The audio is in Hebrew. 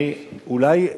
אדוני,